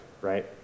right